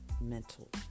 Mental